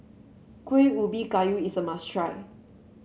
Kuih Ubi Kayu is a must try